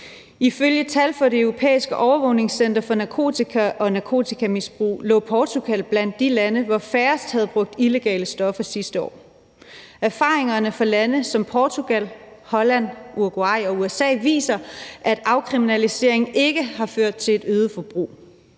Ifølge tal fra Det Europæiske Overvågningscenter for Narkotika og Narkotikamisbrug lå Portugal blandt de lande, hvor færrest havde brugt illegale stoffer sidste år. Erfaringerne fra lande som Portugal, Holland, Uruguay og USA viser, at afkriminaliseringen ikke har ført til et øget forbrug.